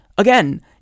Again